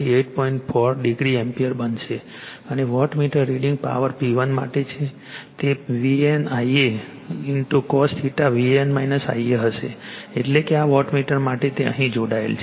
4o ampere બનશે અને wattmeter reading power P1 માટે તે VAN Ia cos VAN Ia હશે એટલે કે આ વોટમીટર માટે તે અહીં જોડાયેલ છે